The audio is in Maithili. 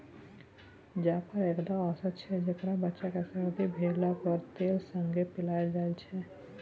जाफर एकटा औषद छै जकरा बच्चा केँ सरदी भेला पर तेल संगे पियाएल जाइ छै